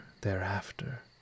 thereafter